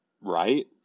right